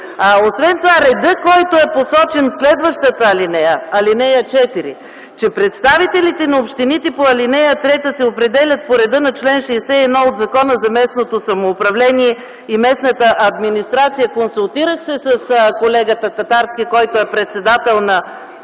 Освен това, редът, който е посочен в следващата алинея – ал. 4, че представителите на общините по ал. 3 се определят по реда на чл. 61 от Закона за местното самоуправление и местната администрация. Консултирах се с колегата Татарски, който е председател на